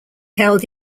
held